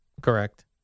Correct